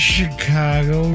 Chicago